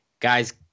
Guys